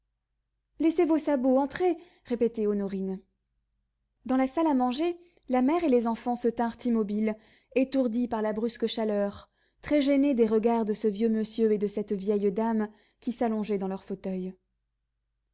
laissez vos sabots entrez répétait honorine dans la salle à manger la mère et les enfants se tinrent immobiles étourdis par la brusque chaleur très gênés des regards de ce vieux monsieur et de cette vieille dame qui s'allongeaient dans leurs fauteuils